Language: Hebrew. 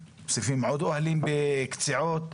בקציעות.